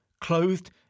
clothed